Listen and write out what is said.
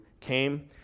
came